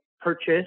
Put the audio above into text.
purchase